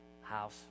house